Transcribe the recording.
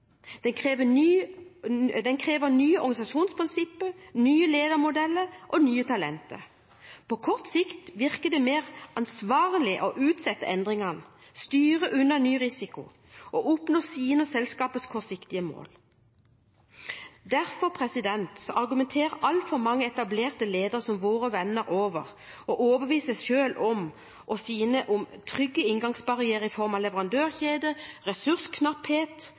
Den krever nye organisasjonsprinsipper, nye ledermodeller og nye talenter. På kort sikt virker det mer ansvarlig å utsette endringene, styre unna ny risiko og oppnå sine og selskapets kortsiktige mål. Derfor argumenterer altfor mange etablerte ledere som våre venner over, og overbeviser seg selv og sine om trygge inngangsbarrierer i form av leverandørkjede, ressursknapphet,